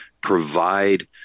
provide